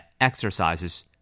exercises